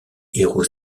héros